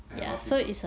and what people